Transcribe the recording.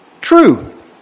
True